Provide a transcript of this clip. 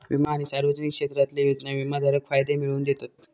विमा आणि सार्वजनिक क्षेत्रातले योजना विमाधारकाक फायदे मिळवन दितत